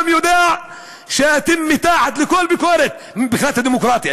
יודע שאתם מתחת לכל ביקורת מבחינת הדמוקרטיה.